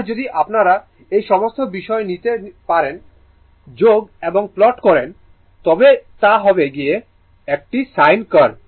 আর যদি আপনারা এই সমস্ত বিষয় নিয়ে তাতে যোগ এবং প্লট করেন তবে তা হবে একটি sine কার্ভ